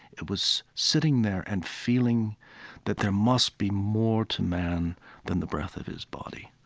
it was sitting there and feeling that there must be more to man than the breath of his body